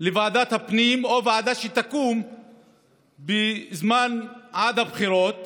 לוועדת הפנים או לוועדה שתקום בזמן שעד הבחירות